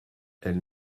elle